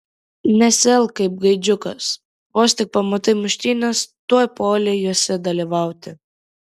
nesielk kaip gaidžiukas vos tik pamatai muštynes tuoj puoli jose dalyvauti